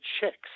chicks